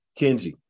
kenji